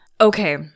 Okay